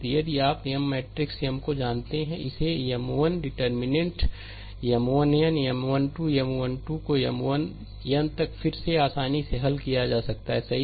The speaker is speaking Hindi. तो यदि आप M मैट्रिक्स M को जानते हैं तो इस M1 determinant determinant M1n M12 M1 2 को M1n तक फिर आसानी से हल किया जा सकता है सही